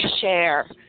share